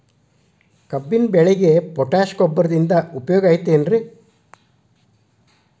ಕಬ್ಬಿನ ಬೆಳೆಗೆ ಪೋಟ್ಯಾಶ ಗೊಬ್ಬರದಿಂದ ಉಪಯೋಗ ಐತಿ ಏನ್?